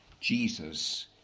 Jesus